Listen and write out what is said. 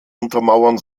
untermauern